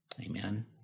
Amen